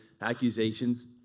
accusations